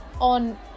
on